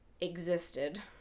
existed